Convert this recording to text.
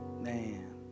Man